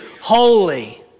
holy